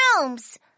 rooms